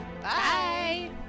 Bye